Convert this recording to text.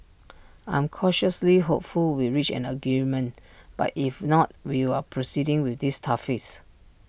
I'm cautiously hopeful we reach an agreement but if not we are proceeding with these tariffs